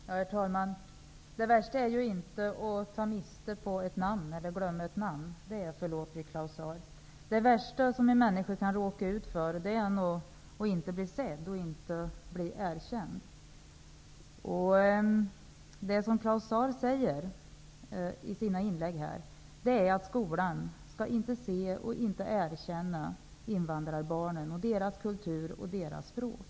Herr talman! Det värsta är inte att glömma ett namn. Det är förlåtligt, Claus Zaar. Det värsta som en människa kan råka ut för är nog att inte bli sedd och inte bli erkänd. Det som Claus Zaar säger i sina inlägg är att skolan inte skall se och inte erkänna invandrarbarnen, deras kultur och deras språk.